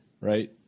right